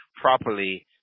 properly